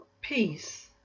Peace